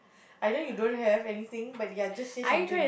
I know you don't have anything but ya just say something